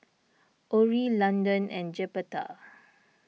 Orrie Landon and Jeptha